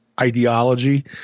ideology